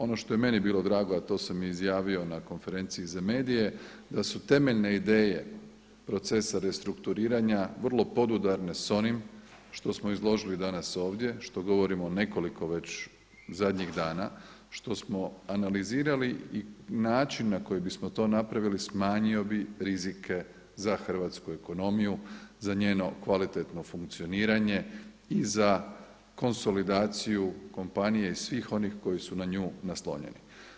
Ono što je meni bilo drago, a to sam i izjavio na konferenciji za medije da su temeljne ideje procesa restrukturiranja vrlo podudarne sa onim što smo izložili danas ovdje, što govorimo nekoliko već zadnjih dana, što smo analizirali i način na koji bismo to napravili smanjio bi rizike za hrvatsku ekonomiju, za njeno kvalitetno funkcioniranje i za konsolidaciju kompanije i svih onih koji su na nju naslonjeni.